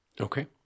Okay